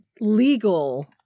legal